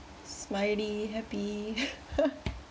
smiley happy